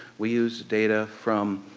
we use data from